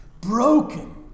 broken